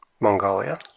Mongolia